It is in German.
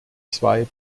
zwei